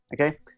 Okay